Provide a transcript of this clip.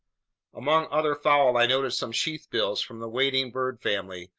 among other fowl i noted some sheathbills from the wading-bird family,